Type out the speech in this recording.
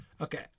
Okay